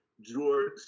George